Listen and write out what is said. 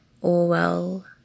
Orwell